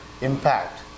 impact